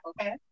okay